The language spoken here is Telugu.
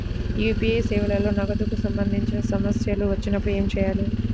యూ.పీ.ఐ సేవలలో నగదుకు సంబంధించిన సమస్యలు వచ్చినప్పుడు ఏమి చేయాలి?